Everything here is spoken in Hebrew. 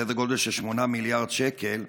סדר גודל של 8 מיליארד שקל.